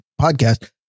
podcast